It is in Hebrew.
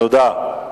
תודה.